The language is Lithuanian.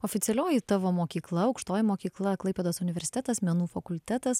oficialioji tavo mokykla aukštoji mokykla klaipėdos universitetas menų fakultetas